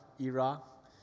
iraq